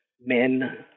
men